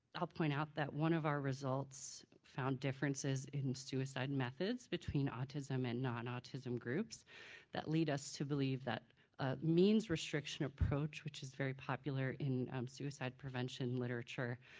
i'll point out that one of our results found differences in suicide methods between autism and nonautism groups that lead us to believe that ah means restriction approach which is very popular in suicide prevention literature,